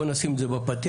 בוא נשים את זה בפתיח.